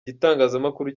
igitangazamakuru